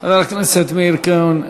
חבר הכנסת מאיר כהן,